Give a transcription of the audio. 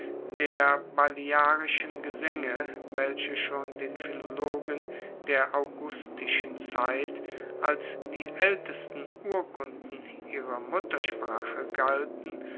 der baliarischen gesaenge welche schon den philologen der augustischen zeit als die aeltesten urkunden ihrer muttersprache galten